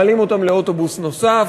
מעלים אותם לאוטובוס נוסף,